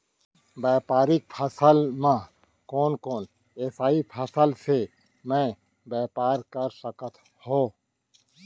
व्यापारिक फसल म कोन कोन एसई फसल से मैं व्यापार कर सकत हो?